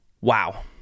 wow